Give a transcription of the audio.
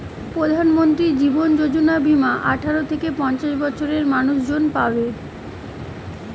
প্রধানমন্ত্রী জীবন যোজনা বীমা আঠারো থেকে পঞ্চাশ বছরের মানুষজন পাবে